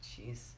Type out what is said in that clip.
Jeez